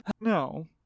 No